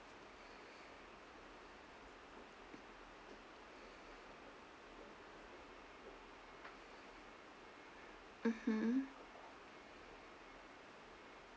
mmhmm